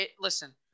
listen